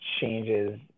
changes